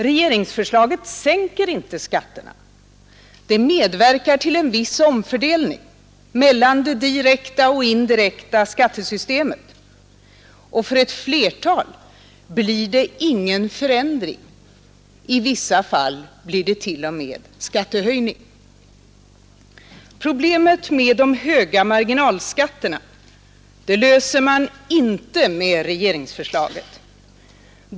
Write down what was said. Regeringsförslaget sänker inte skatterna. Det medverkar till en viss omfördelning mellan det direkta och det indirekta skattesystemet, och för ett flertal blir det ingen förändring. I vissa fall blir det t.o.m. skattehöjning. Problemet med de höga marginalskatterna löser man inte med regeringsförslaget.